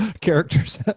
characters